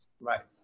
right